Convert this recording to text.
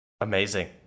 Amazing